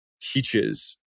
teaches